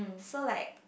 so like